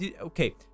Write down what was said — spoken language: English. Okay